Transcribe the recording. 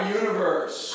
universe